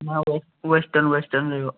ନହେଲେ western western ରହିବ